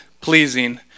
pleasing